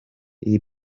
iyi